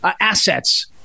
assets